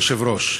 אדוני היושב-ראש,